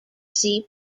see